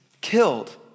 killed